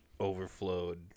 overflowed